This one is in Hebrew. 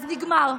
אז נגמר,